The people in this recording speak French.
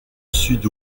sud